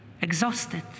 exhausted